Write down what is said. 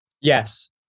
Yes